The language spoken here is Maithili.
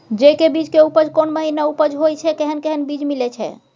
जेय के बीज के उपज कोन महीना उपज होय छै कैहन कैहन बीज मिलय छै?